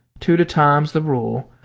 two at a time's the rule,